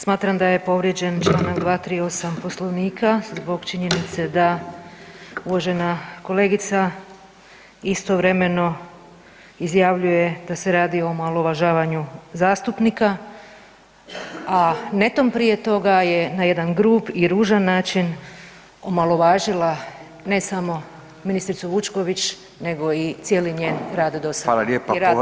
Smatram da je povrijeđen čl. 238 Poslovnika zbog činjenice da uvažena kolegica istovremeno izjavljuje da se radi o omalovažavanju zastupnika, a netom prije toga je na jedan grub i ružan način omalovažila, ne samo ministricu Vučković nego i cijeli njen rad dosad i rad Vlade.